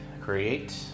create